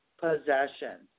possession